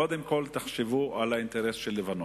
קודם כול תחשבו על האינטרס של לבנון.